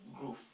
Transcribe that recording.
growth